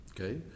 Okay